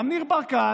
גם ניר ברקת.